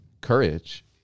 courage